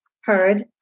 heard